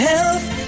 Health